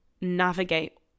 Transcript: navigate